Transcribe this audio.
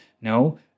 No